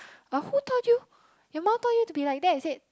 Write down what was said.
but who taught you your mum told you to be like that is it